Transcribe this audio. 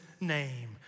name